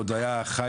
הוא עוד היה חי,